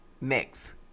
mix